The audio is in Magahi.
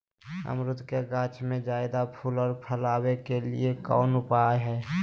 अमरूद के गाछ में ज्यादा फुल और फल आबे के लिए कौन उपाय है?